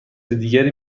دیگری